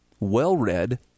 Well-read